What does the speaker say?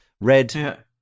red